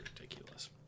ridiculous